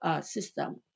system